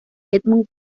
edmund